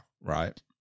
right